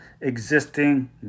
existing